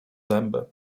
zęby